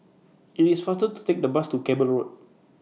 IT IS faster to Take The Bus to Cable Road